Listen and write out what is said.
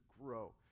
grow